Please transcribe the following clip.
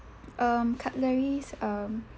um cutleries um